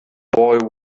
boy